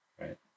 right